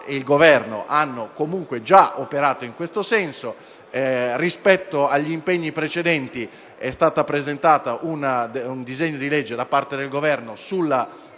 il Governo hanno comunque già operato in questo senso. Rispetto agli impegni precedenti, è stato presentato un disegno di legge da parte del Governo sulla